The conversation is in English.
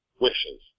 wishes